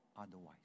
otherwise